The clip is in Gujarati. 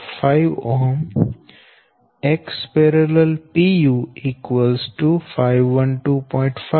5 Xparallel 512